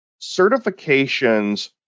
certifications